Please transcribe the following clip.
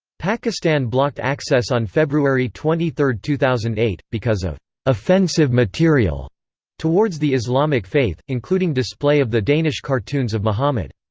pakistan blocked access on february twenty three, two thousand and eight, because of offensive material towards the islamic faith, including display of the danish cartoons of muhammad.